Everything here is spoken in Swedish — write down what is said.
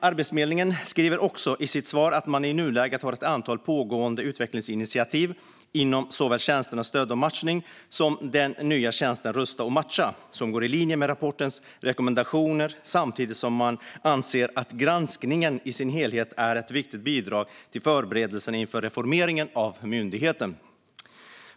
Arbetsförmedlingen skriver också i sitt svar att man i nuläget inom såväl tjänsten Stöd och matchning som den nya tjänsten Kundval rusta och matcha har ett antal pågående utvecklingsinitiativ som går i linje med rapportens rekommendationer, samtidigt som man anser att granskningen i sin helhet är ett viktigt bidrag till förberedelserna inför reformeringen av myndigheten.